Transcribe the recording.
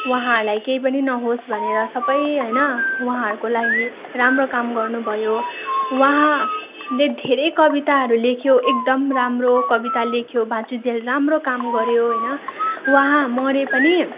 उहाँहरूलाई केही पनि नहोस् भनेर सबै होइन उहाँहरूको लागि राम्रो काम गर्नु भयो उहाँले धेरै कविताहरू लेख्यो एकदम राम्रो कविता लेख्यो बाँचुञ्जेल राम्रो काम गऱ्यो होइन उहाँ मरे पनि